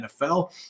NFL